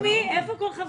איפה כל חברי הכנסת האחרים?